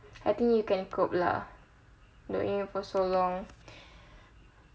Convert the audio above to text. I think you can cope lah knowing you for so long